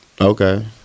Okay